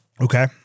Okay